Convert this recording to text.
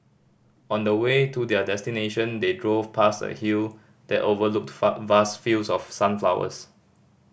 on the way to their destination they drove past a hill that overlooked vast fields of sunflowers